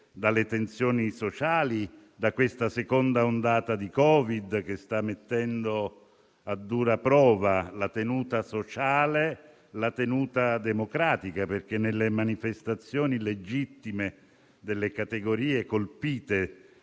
delle tensioni sociali di questa seconda ondata di Covid che sta mettendo a dura prova la tenuta sociale e la tenuta democratica, perché nelle manifestazioni - legittime - delle categorie colpite